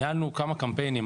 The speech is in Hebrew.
ניהלנו כמה קמפיינים,